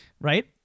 Right